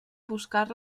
buscar